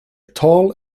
tall